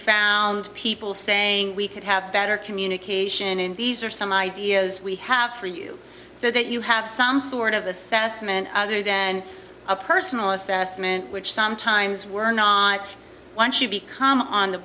found people saying we could have better communication and these are some ideas we have for you so that you have some sort of assessment and a personal assessment which sometimes we're not once you become on the